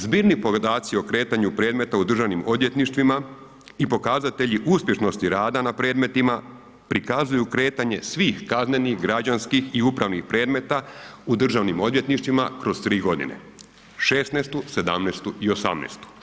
Zbirni podaci o kretanju predmeta u državnim odvjetništvima i pokazatelji uspješnosti rada na predmetima prikazuju kretanje svih kaznenih, građanskih i upravnih predmeta u državnim odvjetništvima kroz tri godine, '16., '17. i '18.